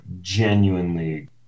genuinely